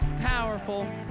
powerful